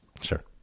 Sure